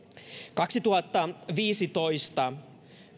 kaksituhattaviisitoista